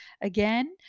again